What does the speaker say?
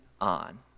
on